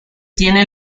tiene